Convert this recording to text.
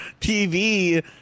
TV